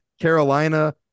Carolina